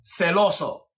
celoso